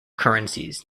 currencies